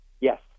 yes